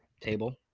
table